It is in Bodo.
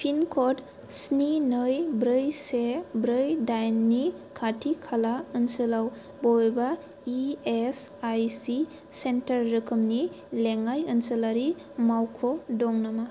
पिनक'ड स्नि नै ब्रै से ब्रै दाइन नि खाथि खाला ओनसोलाव बबेबा E S I C centre रोखोमनि लेङाइ ओनसोलारि मावख' दं नामा